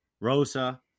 Rosa